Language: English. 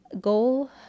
goal